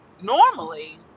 normally